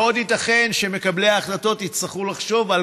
מאוד ייתכן שמקבלי ההחלטות יצטרכו לחשוב על